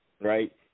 right